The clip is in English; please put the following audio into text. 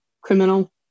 criminal